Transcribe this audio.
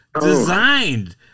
designed